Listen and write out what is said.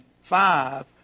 five